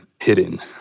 hidden